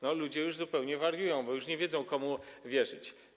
No ludzie już zupełnie wariują, bo nie wiedzą już, komu wierzyć.